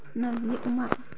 नारजि अमा